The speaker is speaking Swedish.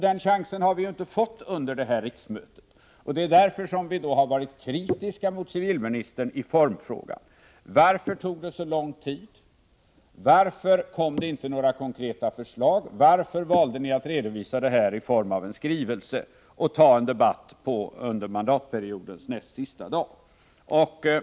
Den chansen har vi ju inte fått under detta riksmöte. Det är därför vi varit kritiska mot civilministern när det gäller formfrågan. Varför tog det så lång tid? Varför kom det inte några konkreta förslag? Varför valde ni att redovisa det här i form av en skrivelse och ta en debatt under riksmötets näst sista dag?